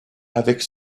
avec